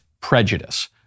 prejudice